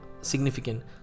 significant